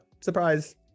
Surprise